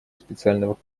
специального